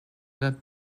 that